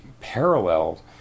parallel